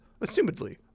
assumedly